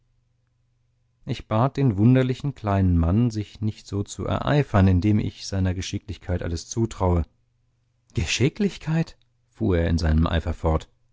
ich bat den wunderlichen kleinen mann sich nicht so zu ereifern indem ich seiner geschicklichkeit alles zutraue geschicklichkeit fuhr er in seinem eifer fort